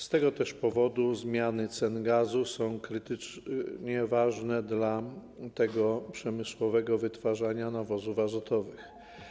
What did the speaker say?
Z tego też powodu zmiany cen gazu są krytycznie ważne dla tego przemysłowego wytwarzania nawozów azotowych.